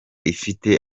ifite